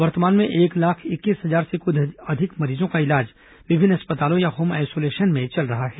वर्तमान में एक लाख इक्कीस हजार से कुछ अधिक मरीजों का इलाज विभिन्न अस्पतालों या होम आइसोलेशन में चल रहा है